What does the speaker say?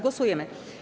Głosujemy.